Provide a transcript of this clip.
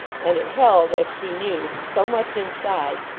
and it held, as she knew, so much inside,